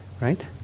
right